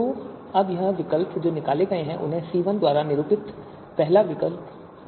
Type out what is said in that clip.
तो अब ये विकल्प जो निकाले गए हैं उन्हें C1 द्वारा निरूपित पहला समूह कहा जाता है